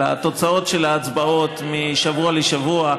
אחרי התוצאות של ההצבעות משבוע לשבוע,